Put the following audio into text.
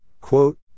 quote